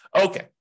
Okay